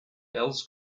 bells